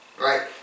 Right